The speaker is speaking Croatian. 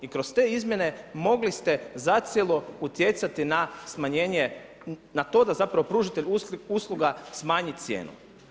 I kroz te izmjene mogli ste zacijelo utjecati na smanjenje, na to da zapravo pružatelj usluga smanji cijenu.